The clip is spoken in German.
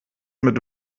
mit